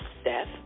Steph